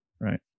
Right